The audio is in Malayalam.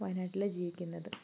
വായനാട്ടില് ജീവിക്കുന്നത്